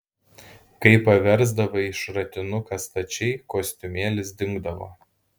kai paversdavai šratinuką stačiai kostiumėlis dingdavo